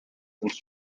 since